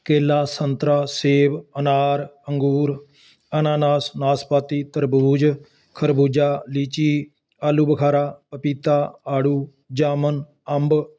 ਕੇਲਾ ਸੰਤਰਾ ਸੇਬ ਅਨਾਰ ਅੰਗੂਰ ਅਨਾਨਾਸ ਨਾਸਪਾਤੀ ਤਰਬੂਜ਼ ਖਰਬੂਜਾ ਲੀਚੀ ਆਲੂ ਬਖਾਰਾ ਪਪੀਤਾ ਆੜੂ ਜਾਮੁਨ ਅੰਬ